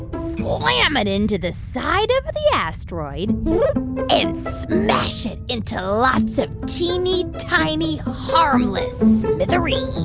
slam it into the side of the asteroid and smash it into lots of teeny, tiny, harmless smithereens